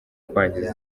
kwangiza